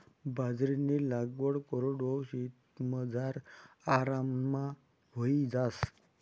बाजरीनी लागवड कोरडवाहू शेतमझार आराममा व्हयी जास